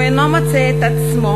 הוא אינו מוצא את עצמו,